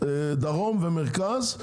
דרום ומרכז,